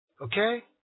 Okay